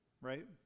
right